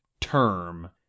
term